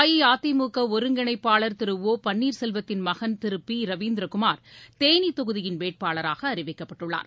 அஇஅதிமுக ஒருங்கிணைப்பாளர் திரு ஒ பன்ளீர்செல்வத்தின் மகன் திரு பி ரவீந்திரகுமார் தேனி தொகுதியின் வேட்பாளராக அறிவிக்கப்பட்டுள்ளார்